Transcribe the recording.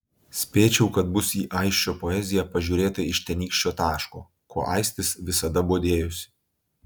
spėčiau kad bus į aisčio poeziją pažiūrėta iš tenykščio taško kuo aistis visada bodėjosi